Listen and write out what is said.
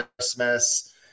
christmas